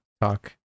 talk